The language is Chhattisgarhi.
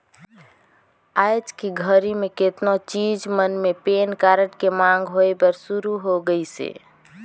आयज के घरी मे केतनो चीच मन मे पेन कारड के मांग होय बर सुरू हो गइसे